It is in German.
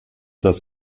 das